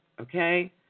okay